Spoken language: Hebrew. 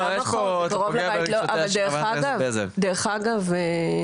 דרך אגב,